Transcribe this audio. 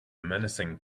menacing